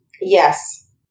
Yes